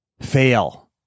fail